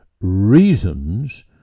reasons